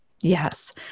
yes